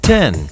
Ten